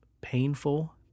painful